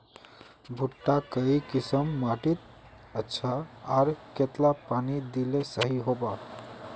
भुट्टा काई किसम माटित अच्छा, आर कतेला पानी दिले सही होवा?